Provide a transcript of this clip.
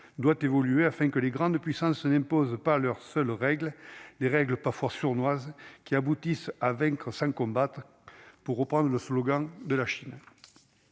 doit évoluer afin que les grandes puissances n'imposent pas leur seule règle des règles pas forces sournoise qui aboutissent à vaincre sans combattre, pour reprendre le slogan de la Chine